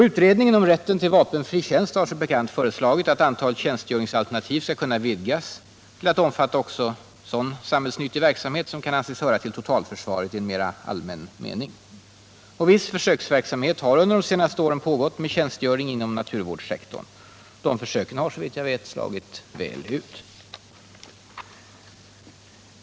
Utredningen om rätten till vapenfri tjänst har som bekant föreslagit att antalet tjänstgöringsalternativ skall kunna vidgas till att omfatta också sådan samhällsnyttig verksamhet som kan anses höra till totalförsvaret i en mera allmän mening. Viss försöksverksamhet har under de senaste åren pågått med tjänstgöring inom naturvårdssektorn. De försöken har såvitt jag vet slagit väl ut.